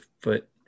foot